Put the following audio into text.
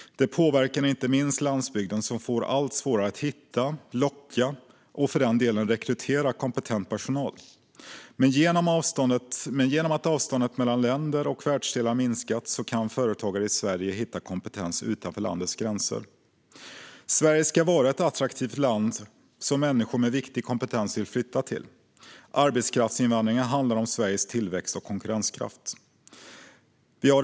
Det påverkar inte minst landsbygden som får allt svårare att hitta, locka och för den delen rekrytera kompetent personal. Men genom att avståndet mellan länder och världsdelar minskat kan företagare i Sverige hitta kompetens utanför landets gränser. Sverige ska vara ett attraktivt land som människor med viktig kompetens vill flytta till. Arbetskraftsinvandring handlar om Sveriges tillväxt och konkurrenskraft.